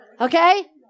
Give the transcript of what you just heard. Okay